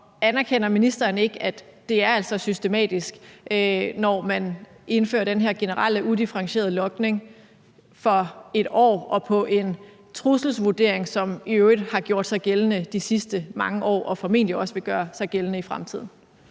Anerkender ministeren ikke, at det altså er systematisk, når man indfører den her generelle og udifferentierede logning for 1 år og på en trusselsvurdering, som i øvrigt har gjort sig gældende de sidste mange år og formentlig også vil gøre sig gældende i fremtiden?